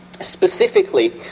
Specifically